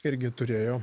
irgi turėjo